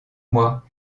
moi